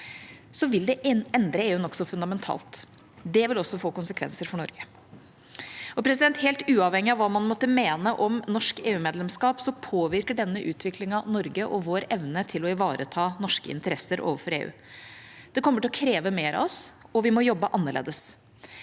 vil det endre EU nokså fundamentalt. Det vil også få konsekvenser for Norge. Helt uavhengig av hva man måtte mene om norsk EU-medlemskap, påvirker denne utviklingen Norge og vår evne til å ivareta norske interesser overfor EU. Det kommer til å kreve mer av oss, og vi må jobbe annerledes.